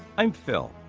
i'm phil.